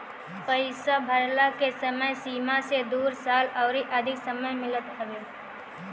पईसा भरला के समय सीमा से दू साल अउरी अधिका समय मिलत हवे